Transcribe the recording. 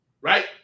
right